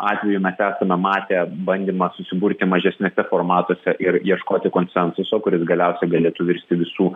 atvejų mes esame matę bandymą susiburti mažesniuose formatuose ir ieškoti konsensuso kuris galiausiai galėtų virsti visų